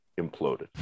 imploded